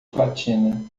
platina